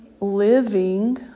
living